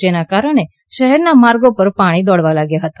જેના કારણે શહેરના માર્ગો પર પાણી દોડવા લાગ્યા હતા